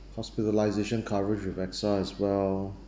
hospitalisation coverage with axa as well